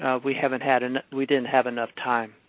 ah we haven't had, and we didn't have enough time.